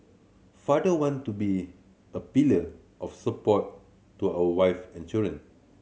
father want to be a pillar of support to our wive and children